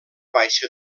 baixa